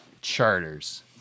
charters